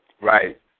Right